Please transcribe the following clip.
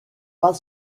pas